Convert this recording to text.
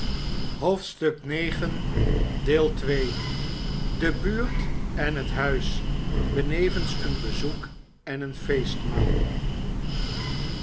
hoofdstuk ix de buurt en net huis benevens een bezoek en een feestmaal